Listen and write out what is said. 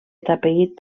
atapeït